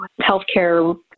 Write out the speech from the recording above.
healthcare